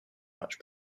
much